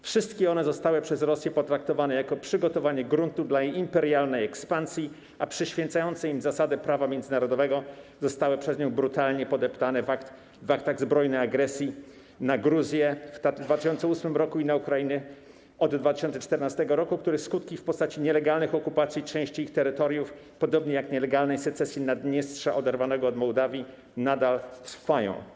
Wszystkie one zostały potraktowane przez Rosję jako przygotowanie gruntu dla imperialnej ekspansji, a przyświecające im zasady prawa międzynarodowego zostały przez nią brutalnie podeptane w aktach zbrojnej agresji na Gruzję w 2008 r. i na Ukrainę w okresie od 2014 r., których skutki w postaci nielegalnych okupacji części ich terytoriów, podobnie jak nielegalnej secesji Naddniestrza oderwanego od Mołdawii, nadal trwają.